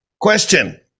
question